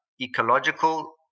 ecological